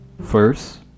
First